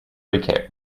recap